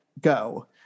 go